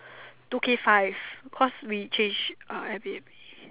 two K five cause we change airbnb